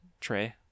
tray